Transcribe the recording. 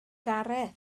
gareth